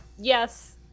yes